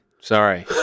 sorry